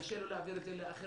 קשה לו להעביר את זה לאחרים.